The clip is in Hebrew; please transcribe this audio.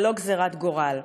הם לא גזירת גורל.